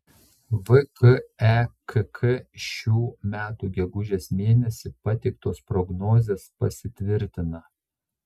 vkekk šių metų gegužės mėnesį pateiktos prognozės pasitvirtina